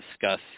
discuss